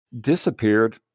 disappeared